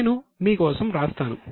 నేను మీ కోసం వ్రాస్తాను